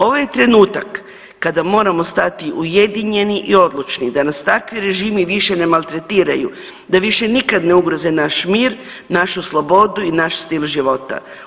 Ovo je trenutak kada moramo stati ujedinjeni i odlučni da nas takvi režimi više ne maltretiraju, da više nikada ne ugroze naš mir, našu slobodu i naš stil života.